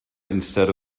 instead